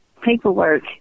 paperwork